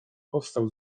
powstał